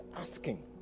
asking